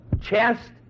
chest